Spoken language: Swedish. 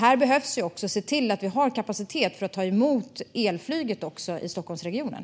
Vi behöver se till att ha kapacitet för att ta emot elflyget också i Stockholmsregionen.